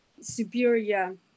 superior